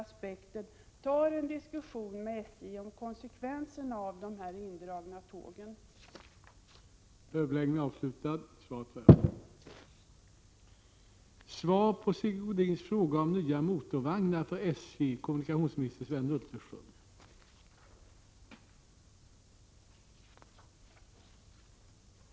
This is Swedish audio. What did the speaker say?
1987/88:51 ter tar upp en diskussion med SJ om konsekvenserna av tågneddragningarna. — 14 januari 1988